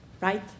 right